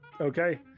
Okay